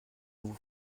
vous